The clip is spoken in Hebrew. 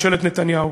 ובממשלת נתניהו.